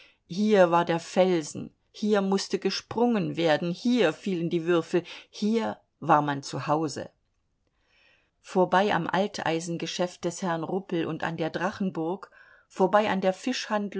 hier war der felsen hier mußte gesprungen werden hier fielen die würfel hier war man zu hause vorbei am alteisengeschäft des herrn ruppel und an der drachenburg vorbei an der